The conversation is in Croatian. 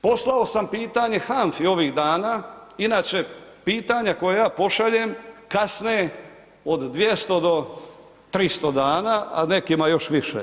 Poslao sam pitanje HANFA-i ovih dana, inače pitanja koja ja pošaljem kasne od 200 do 300 dana a nekima još više.